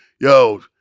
yo